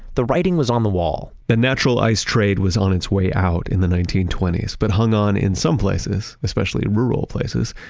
the writing was on the wall the natural ice trade was on its way out in the nineteen twenty s but hung on in some places, especially in rural places,